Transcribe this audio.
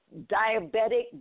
diabetic